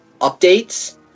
updates